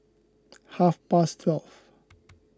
half past twelve